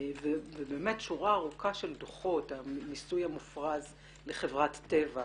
ובאמת שורה ארוכה של דוחות: המיסוי המופרז לחברת "טבע",